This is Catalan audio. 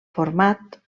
format